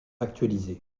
actualisée